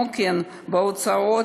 וההוצאות